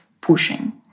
pushing